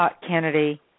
Kennedy